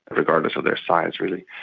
and regardless of their size really,